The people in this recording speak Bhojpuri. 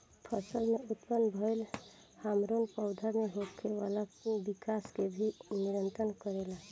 फसल में उत्पन्न भइल हार्मोन पौधा में होखे वाला विकाश के भी नियंत्रित करेला